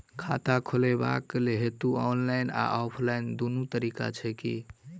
खाता खोलेबाक हेतु ऑनलाइन आ ऑफलाइन दुनू तरीका छै की?